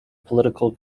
political